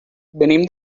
venim